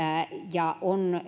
ja on